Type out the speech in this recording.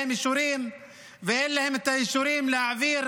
להם אישורים ואין להם את האישורים להעביר